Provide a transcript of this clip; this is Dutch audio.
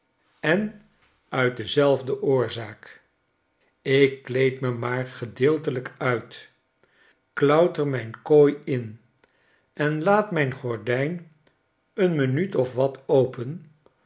en uit dezelfde oorzaak ik kleed me maar gedeeltelijk uit klauter mijn kooi in en laat miyn gordijn een minuut of wat open